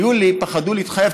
פחדו להתחייב,